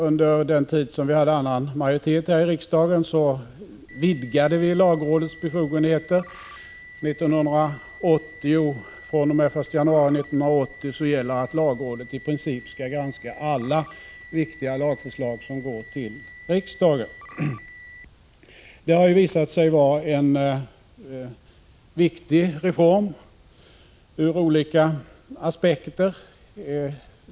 Under den tid då vi hade annan majoritet här i riksdagen vidgade vi lagrådets befogenheter. fr.o.m. den 1 januari 1980 gäller att lagrådet i princip skall granska alla viktiga lagförslag som går till riksdagen. Detta har visat sig vara en viktig reform ur olika aspekter.